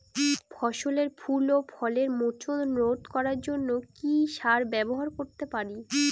ফসলের ফুল ও ফলের মোচন রোধ করার জন্য কি সার ব্যবহার করতে পারি?